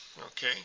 Okay